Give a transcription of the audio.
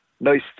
nice